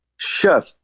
Sure